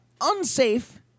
Unsafe